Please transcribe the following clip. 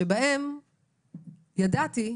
שבהן ידעתי,